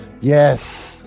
Yes